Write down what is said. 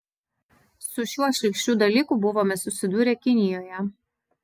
su šiuo šlykščiu dalyku buvome susidūrę kinijoje